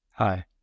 Hi